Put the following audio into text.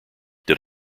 did